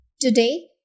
Today